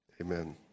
amen